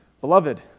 Beloved